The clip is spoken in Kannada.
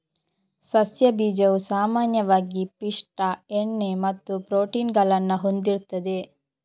ಸಸ್ಯ ಬೀಜವು ಸಾಮಾನ್ಯವಾಗಿ ಪಿಷ್ಟ, ಎಣ್ಣೆ ಮತ್ತು ಪ್ರೋಟೀನ್ ಗಳನ್ನ ಹೊಂದಿರ್ತದೆ